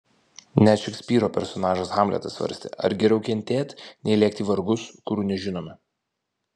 net šekspyro personažas hamletas svarstė ar geriau kentėt nei lėkti į vargus kurių nežinome